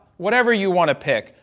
whatever you want to pick,